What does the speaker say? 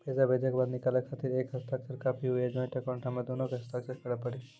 पैसा भेजै के बाद निकाले के खातिर एक के हस्ताक्षर काफी हुई या ज्वाइंट अकाउंट हम्मे दुनो के के हस्ताक्षर करे पड़ी?